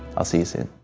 i'll see you soon.